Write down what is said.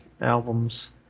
Albums